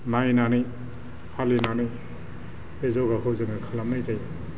नायनानै फालिनानै बे जगाखौ जोङो खालामनाय जायो